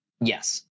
Yes